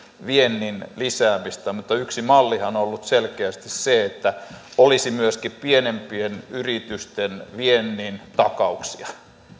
viennin lisäämistä mutta yksi mallihan on ollut selkeästi se että olisi myöskin pienempien yritysten viennin takauksia